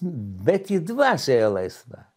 bet ji dvasioje laisva